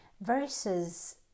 versus